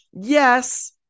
Yes